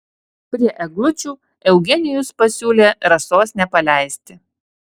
prie eglučių eugenijus pasiūlė rasos nepaleisti